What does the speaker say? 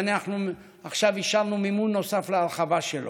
שעכשיו אישרנו מימון נוסף להרחבה שלו.